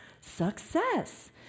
success